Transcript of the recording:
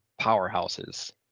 powerhouses